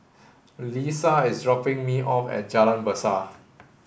Lesa is dropping me off at Jalan Besar